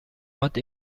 هات